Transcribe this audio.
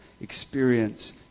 experience